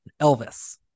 elvis